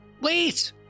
Wait